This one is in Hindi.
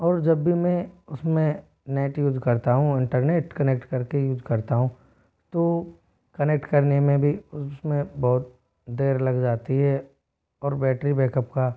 और जब भी मैं उसमें नेट यूज़ करता हूँ इंटरनेट कनेक्ट करके यूज़ करता हूँ तो कनेक्ट करने में भी उसमें बहुत देर लग जाती है और बैटरी बैकअप का